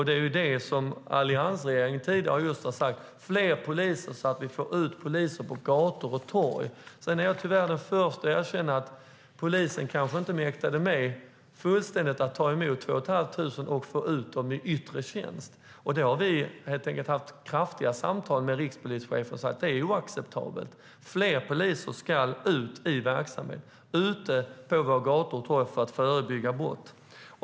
Det var det som alliansregeringen sa tidigare: Fler poliser, så att vi får ut poliser på gator och torg! Sedan är jag tyvärr den förste att erkänna att polisen kanske inte fullständigt mäktade med att ta emot 2 500 poliser och få ut dem i yttre tjänst. Vi har haft kraftfulla samtal med rikspolischefen om detta och sagt att det är oacceptabelt. Fler poliser ska ut i verksamheten, ut på våra gator och torg, för att förebygga brott.